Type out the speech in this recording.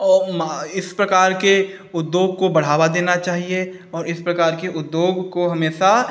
और इस प्रकार के उद्योग को बढ़ावा देना चाहिए और इस प्रकार के उद्योग को हमेशा